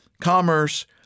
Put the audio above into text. commerce